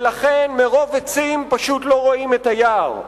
ולכן מרוב עצים פשוט לא רואים את היער.